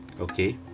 okay